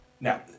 now